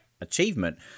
achievement